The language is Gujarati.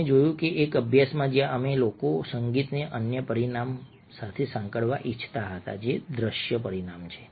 તમે જોયું કે એક અભ્યાસમાં જ્યાં અમે લોકો સંગીતને અન્ય પરિમાણ સાથે સાંકળવા ઇચ્છતા હતા જે દ્રશ્ય પરિમાણ છે